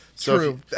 True